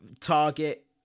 Target